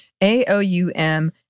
AOUM